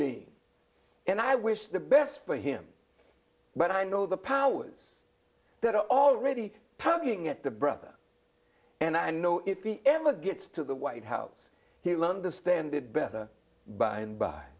being and i wish the best for him but i know the powers that are already poking at the brother and i know if he ever gets to the white house he'll understand it better by